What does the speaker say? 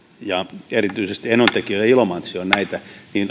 erityisesti enontekiö ja ilomantsi ovat näitä